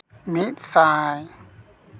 ᱢᱤᱫ ᱥᱟᱭ